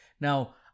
Now